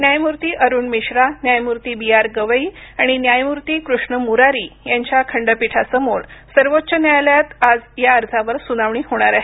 न्यायमूर्ती अरुण मिश्रा न्यायमूर्ती B R Gavai आणि न्यायमूर्ती कृष्ण म्रारी यांच्या खंडपीठासमोर सर्वोच्च न्यायालयात आज या अर्जावर सुनावणी होणार आहे